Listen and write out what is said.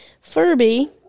Furby